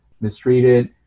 mistreated